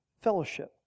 fellowship